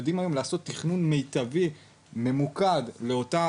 אנחנו יודעים היום לעשות תכנון מיטבי וממוקד לאותה